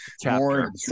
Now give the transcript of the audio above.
Chapter